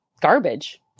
garbage